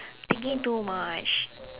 thinking too much